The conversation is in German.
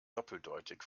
doppeldeutig